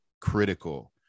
critical